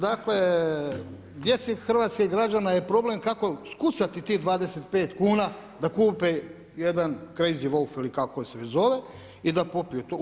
Dakle, djeci hrvatskih građana je problem kako skucati tih 25 kuna da kupi jedan crazy volf ili kako se već zove i popiju to.